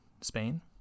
spain